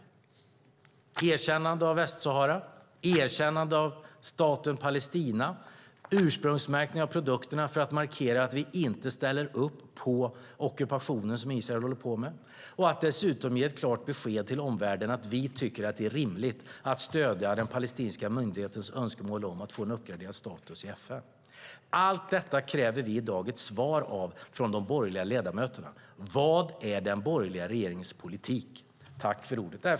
Med ett erkännande av Västsahara och staten Palestina och med en ursprungsmärkning av produkter markerar vi att vi inte ställer upp på Israels och Marockos ockupationer. Dessutom ger vi ett klart besked till omvärlden att vi tycker att det är rimligt att stödja den palestinska myndighetens önskemål om att få en uppgraderad status i FN. På allt detta kräver vi i dag ett svar från de borgerliga ledamöterna. Vad är den borgerliga regeringens politik?